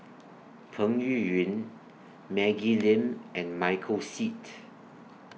Peng Yuyun Maggie Lim and Michael Seet